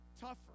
tougher